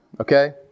okay